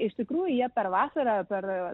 iš tikrųjų jie per vasarą per